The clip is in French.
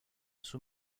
sous